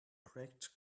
cracked